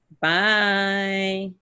Bye